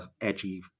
edgy